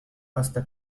hasta